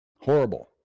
Horrible